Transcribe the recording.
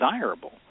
desirable